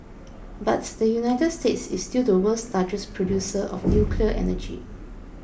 but the United States is still the world's largest producer of nuclear energy